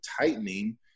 tightening